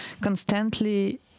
constantly